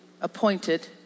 appointed